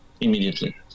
immediately